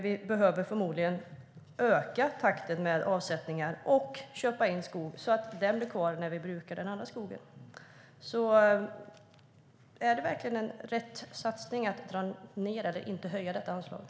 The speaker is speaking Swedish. Vi behöver förmodligen öka takten för avsättningar och köpa in skog så att den blir kvar när den andra skogen brukas. Är det verkligen rätt satsning att dra ned på anslaget i stället för att höja det?